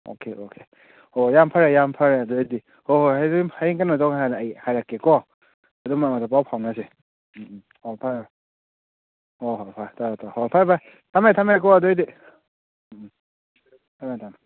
okay okay ꯍꯣ ꯌꯥꯝ ꯐꯔꯦ ꯌꯥꯝ ꯐꯔꯦ ꯑꯗꯨ ꯑꯣꯏꯗꯤ ꯍꯣꯏ ꯍꯣꯏ ꯑꯗꯨꯗꯤ ꯑꯗꯨꯝ ꯍꯌꯦꯡ ꯀꯩꯅꯣ ꯇꯧꯔ ꯀꯥꯟꯗ ꯑꯩ ꯍꯥꯏꯔꯛꯀꯦꯀꯣ ꯑꯗꯨꯝ ꯃꯔꯛ ꯃꯔꯛꯇ ꯄꯥꯎ ꯐꯥꯎꯅꯁꯦ ꯎꯝ ꯎꯝ ꯑꯣ ꯐꯔꯦ ꯐꯔꯦ ꯑꯣ ꯍꯣꯏ ꯍꯣꯏ ꯐꯔꯦ ꯐꯔꯦ ꯊꯝꯃꯒꯦ ꯊꯝꯃꯒꯦꯀꯣ ꯑꯗꯨ ꯑꯣꯏꯗꯤ ꯎꯝ ꯎꯝ ꯊꯝꯃꯦ ꯊꯝꯃꯦ